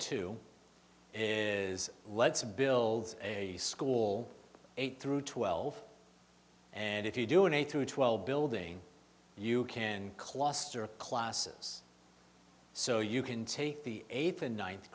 two is let's build a school eight through twelve and if you do an eight to twelve building you can cluster of classes so you can take the eighth and ninth